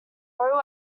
royal